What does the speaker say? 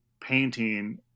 painting